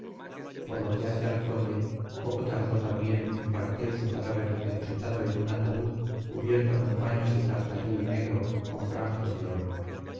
por lo que hace al conde poco tardó también en partir su cadáver depositado en un ataúd cubierto con paños de tartarí negro con franjas de oro